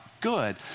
good